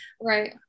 right